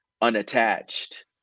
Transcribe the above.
unattached